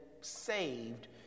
saved